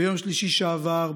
ביום שלישי שעבר,